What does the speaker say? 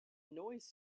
noise